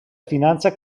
finanza